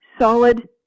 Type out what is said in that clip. solid